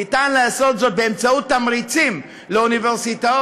ניתן לעשות זאת באמצעות תמריצים לאוניברסיטאות